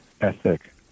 ethic